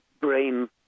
brain